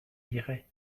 liraient